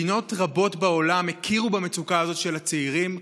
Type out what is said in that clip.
מדינות רבות בעולם הכירו במצוקה הזאת של הצעירים,